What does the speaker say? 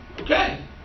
Okay